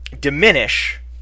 diminish